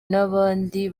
n’abandi